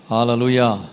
Hallelujah